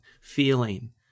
feeling